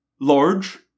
Large